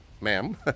ma'am